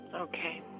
Okay